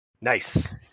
Nice